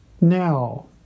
Now